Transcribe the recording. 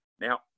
Now